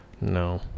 no